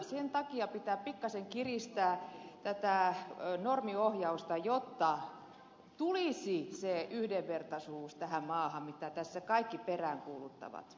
sen takia pitää pikkasen kiristää tätä normiohjausta jotta tulisi tähän maahan se yhdenvertaisuus mitä tässä kaikki peräänkuuluttavat